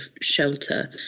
shelter